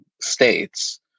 states